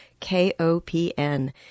KOPN